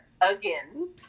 again